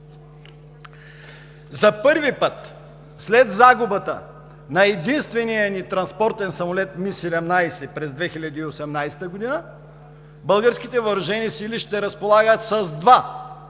За първи път след загубата на единствения ни транспортен самолет Ми-17 през 2018 г. българските въоръжени сили ще разполагат с два